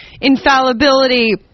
infallibility